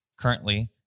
Currently